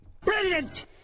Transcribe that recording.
Brilliant